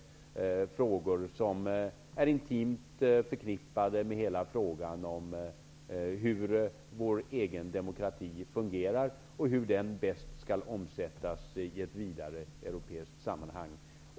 Detta är frågor som är intimt förknippade med frågan om hur vår demokrati fungerar och hur den bäst skall omsättas i ett vidare europeiskt sammanhang.